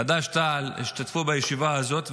חד"ש-תע"ל השתתפו בישיבה הזאת,